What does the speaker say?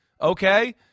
okay